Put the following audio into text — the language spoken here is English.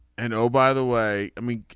and oh by the way i mean.